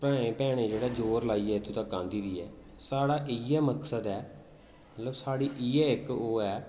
एह् साढ़े भ्राएं भैनें जेह्ड़ा जोर लाइयै इत्थूं तक्कर आह्ंदी दी ऐ साढ़ा इ'यै मकसद ऐ मतलब साढ़ी इ'यै इक ओह् ऐ